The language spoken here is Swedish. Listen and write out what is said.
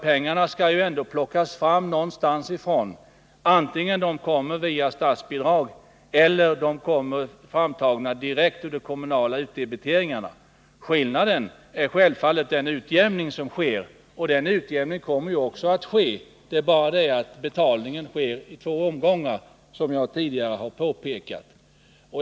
Pengarna skall ändå plockas fram någonstans, antingen de kommer via statsbidrag eller de är framtagna direkt ur de kommunala utdebiteringarna. Skillnaden är självfallet den utjämning som sker, och den utjämningen kommer ju också att ske. Det är bara det att betalningen sker i två omgångar, som jag tidigare har påpekat.